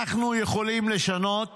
אנחנו יכולים גם לשנות